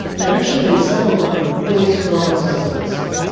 and actually, they settled on a really strong presidency.